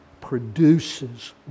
produces